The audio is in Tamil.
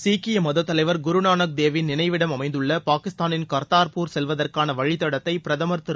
சீக்கிய மதத்தலைவர் குருநானக் தேவ் ன் நினைவிடம் அமைந்துள்ள பாகிஸ்தானின் காதாபூர் செல்வதற்கான வழித்தடத்தை பிரதமர் திரு